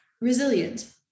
Resilient